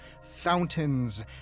fountains